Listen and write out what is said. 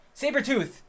Sabretooth